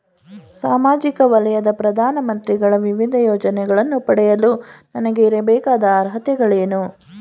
ಸಾಮಾಜಿಕ ವಲಯದ ಪ್ರಧಾನ ಮಂತ್ರಿಗಳ ವಿವಿಧ ಯೋಜನೆಗಳನ್ನು ಪಡೆಯಲು ನನಗೆ ಇರಬೇಕಾದ ಅರ್ಹತೆಗಳೇನು?